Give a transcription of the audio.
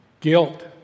guilt